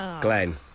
Glenn